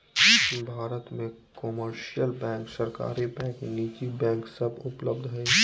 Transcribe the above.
भारत मे commercial bank, सरकारी bank, निजी बैंक सब उपलब्ध हय